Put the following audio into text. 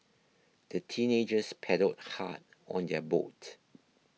the teenagers paddled hard on their boat